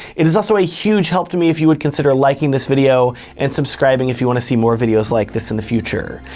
it is also a huge help to me if you would consider liking this video and subscribing if you wanna see more videos like this in the future.